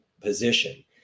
position